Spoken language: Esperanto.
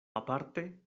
aparte